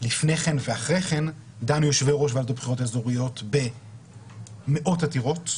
לפני כן ואחרי כן דנו יושבי-ראש ועדות הבחירות האזוריות במאות עתירות,